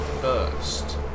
first